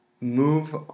Move